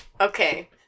Okay